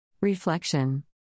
Reflection